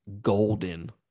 golden